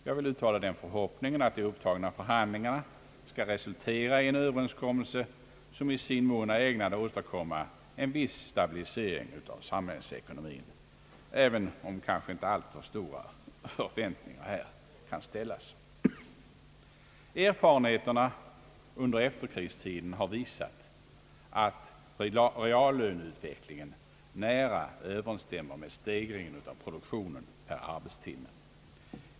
Jag vill uttala den förhoppningen att de upptagna förhandlingarna skall resultera i en överenskommelse som i sin mån är ägnad att åstadkomma en viss stabilisering av samhällsekonomin, även om kanske inte alltför stora förväntningar här kan ställas. Erfarenheterna under efterkrigstidea har visat att reallöneutvecklingen nära överensstämmer med stegringen av produktionen per arbetstimme.